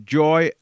joy